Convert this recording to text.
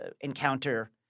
encounter